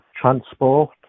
transport